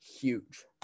huge